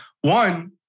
One